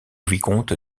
vicomte